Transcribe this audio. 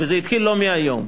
וזה התחיל לא מהיום.